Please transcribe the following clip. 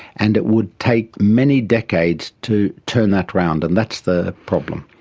and it would take many decades to turn that around, and that's the problem.